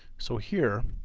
so here